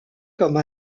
comme